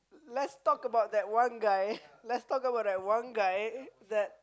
let's talk about that one guy let's talk about that one guy that